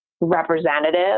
representative